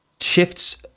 shifts